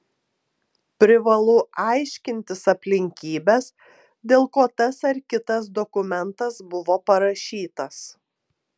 privalu aiškintis aplinkybes dėl ko tas ar kitas dokumentas buvo parašytas